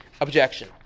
objection